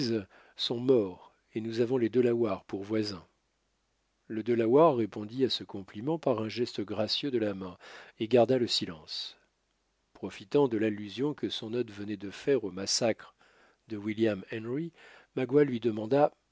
sont morts et nous avons les delawares pour voisins le delaware répondit à ce compliment par un geste gracieux de la main et garda le silence profitant de l'allusion que son hôte venait de faire au massacre de william henry magua lui demanda